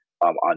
on